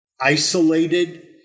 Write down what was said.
isolated